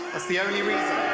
that's the only reason.